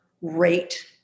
rate